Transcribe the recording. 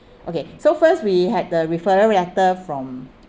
okay so first we had the referral letter from